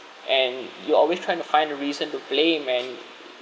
and you always trying to find a reason to blame and